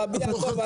רבי יעקב,